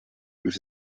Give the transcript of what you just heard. with